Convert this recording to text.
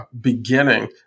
beginning